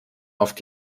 oft